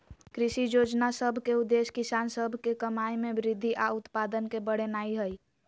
कृषि जोजना सभ के उद्देश्य किसान सभ के कमाइ में वृद्धि आऽ उत्पादन के बढ़ेनाइ हइ